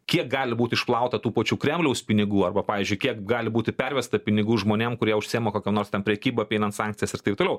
kiek gali būti išplauta tų pačių kremliaus pinigų arba pavyzdžiui kiek gali būti pervesta pinigų žmonėm kurie užsiima kokia nors ten prekyba apeinant sankcijas ir taip toliau